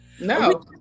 no